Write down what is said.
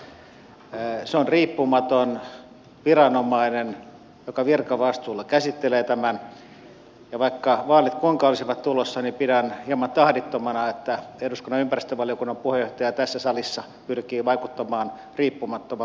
se on riippumaton viranomainen joka virkavastuulla käsittelee tämän ja vaikka vaalit kuinka olisivat tulossa pidän hieman tahdittomana että eduskunnan ympäristövaliokunnan puheenjohtaja tässä salissa pyrkii vaikuttamaan riippumattoman lupaviranomaisen toimintaan